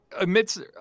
Amidst